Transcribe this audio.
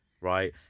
right